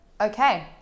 okay